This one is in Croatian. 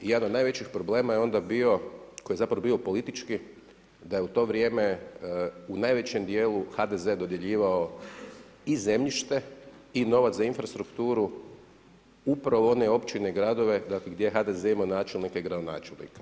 Jedan od najvećih problema je onda bio, koji je zapravo bio politički, da je u to vrijeme u najvećem dijelu HDZ dodjeljivao i zemljište i novac za infrastrukturu upravo one općine i gradove, dakle gdje je HDZ imao načelnika i gradonačelnika.